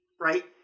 Right